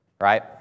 right